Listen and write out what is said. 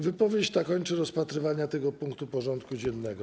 Wypowiedź ta kończy rozpatrywanie tego punktu porządku dziennego.